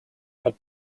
had